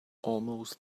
almost